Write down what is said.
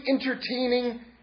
entertaining